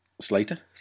Slater